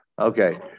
Okay